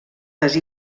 les